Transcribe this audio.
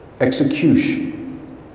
execution